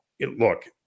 look